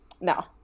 No